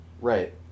Right